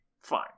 Fine